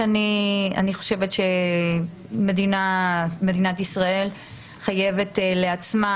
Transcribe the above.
אני חושבת שמדינת ישראל חייבת לעצמה